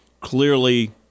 Clearly